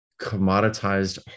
commoditized